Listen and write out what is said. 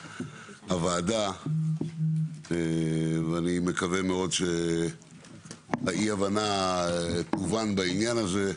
הוועדה ואני מקווה מאוד שאי ההבנה תובן בעניין הזה.